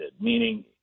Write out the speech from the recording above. meaning